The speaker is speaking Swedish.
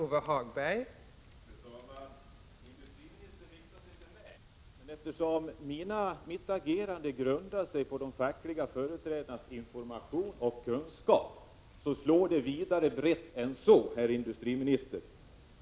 Fru talman! Industriministern riktar sig till mig, men eftersom mitt agerande grundar sig på de fackliga företrädarnas information och kunskap slår det vidare än så, herr industriminister.